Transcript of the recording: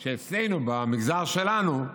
שאצלנו, במגזר שלנו,